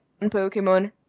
Pokemon